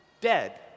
dead